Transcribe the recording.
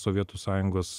sovietų sąjungos